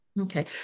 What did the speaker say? Okay